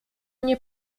nie